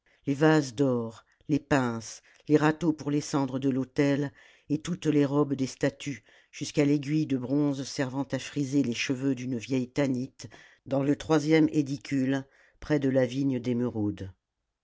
les vases d'or les pmces les râteaux pour les cendres de l'autel et toutes les robes des statues jusqu'à l'aiguille de bronze servant à friser les cheveux d'une vieille tanit dans le troisième édicule près de la vigne d'émeraude